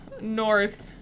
north